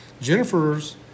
Jennifer's